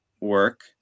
work